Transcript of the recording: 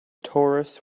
tourists